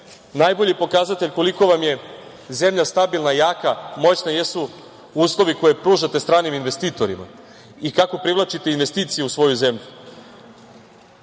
najbolji pokazatelj koliko vam je zemlja stabilna i jaka, moćna, jesu uslovi koje pružate stranim investitorima i kako privlačite investicije u svoju